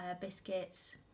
biscuits